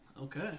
Okay